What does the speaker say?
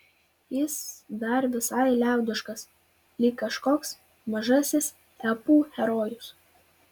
jis dar visai liaudiškas lyg kažkoks mažasis epų herojus